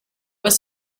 was